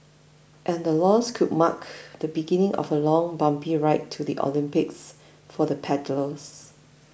and the loss could mark the beginning of a long bumpy ride to the Olympics for the paddlers